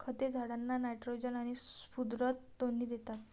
खते झाडांना नायट्रोजन आणि स्फुरद दोन्ही देतात